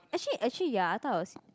actually actually ya I thought it was